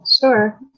sure